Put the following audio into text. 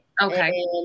Okay